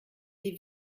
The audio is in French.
des